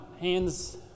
hands